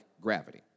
gravity